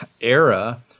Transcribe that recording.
era